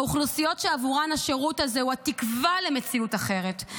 האוכלוסיות שעבורן השירות הזה הוא התקווה למציאות אחרת,